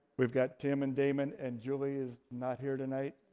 we've got tim and damon, and julie is not here tonight.